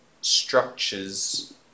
structures